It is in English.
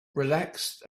relaxed